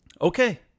Okay